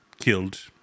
killed